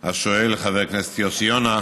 השואל חבר הכנסת יוסי יונה,